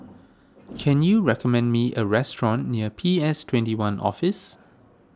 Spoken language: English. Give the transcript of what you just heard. can you recommend me a restaurant near P S twenty one Office